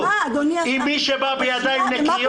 אם מישהו בא בידיים נקיות.